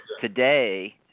today